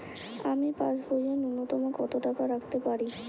আমি পাসবইয়ে ন্যূনতম কত টাকা রাখতে পারি?